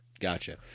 gotcha